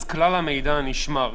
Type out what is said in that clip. כלל המידע נשמר.